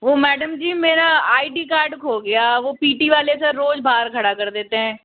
वो मैडम जी मेरा I D card खो गया वो पी टी वाले सर रोज बाहर खड़ा करा देते हैं